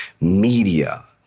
Media